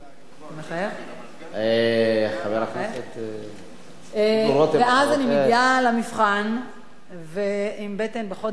אז אני מגיעה למבחן עם בטן בחודש תשיעי,